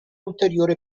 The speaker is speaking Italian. ulteriore